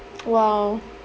!wow!